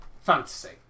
fantasy